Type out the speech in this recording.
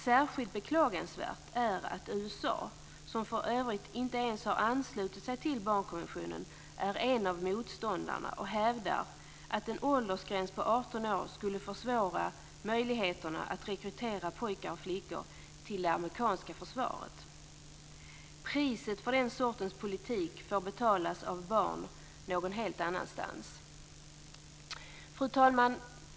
Särskilt beklagansvärt är att USA, som för övrigt inte ens har anslutit sig till barnkonventionen, är en av motståndarna och hävdar att en åldersgräns på 18 år skulle försvåra möjligheterna att rekrytera pojkar och flickor till det amerikanska försvaret. Priset för den sortens politik får betalas av barn någon helt annanstans. Fru talman!